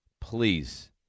please